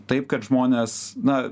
taip kad žmonės na